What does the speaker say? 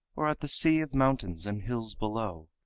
or at the sea of mountains and hills below,